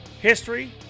History